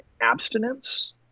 abstinence